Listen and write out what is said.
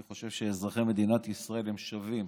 אני חושב שאזרחי מדינת ישראל הם שווים